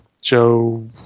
Joe